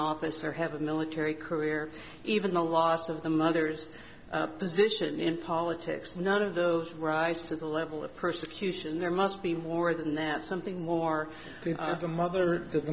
office or have a military career even the loss of the mothers position in politics none of those rise to the level of persecution there must be more than that something more to the mother